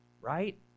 right